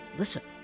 listen